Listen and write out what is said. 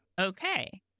okay